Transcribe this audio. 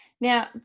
Now